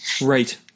Right